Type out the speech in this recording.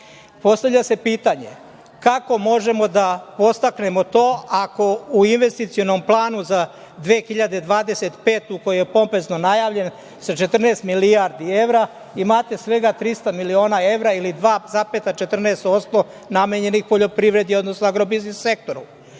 Postavlja se pitanje kako možemo da podstaknemo to ako u investicionom planu za 2025. godinu, koja je pompezno najavljena sa 14 milijardi evra imate svega 300 miliona evra, ili 2,14% namenjenih poljoprivredi, odnosno agro biznis sektoru.